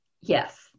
Yes